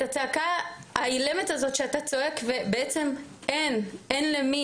את הצעקה האילמת הזאת שאתה צועק ובעצם אין לי.